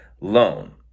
loan